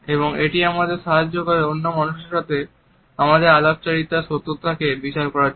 এবং এটি আমাদের সাহায্য করে অন্য মানুষের সাথে আমাদের আলাপচারিতার সত্যতাকে বিচার করার জন্য